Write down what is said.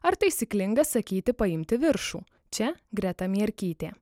ar taisyklinga sakyti paimti viršų čia greta mierkytė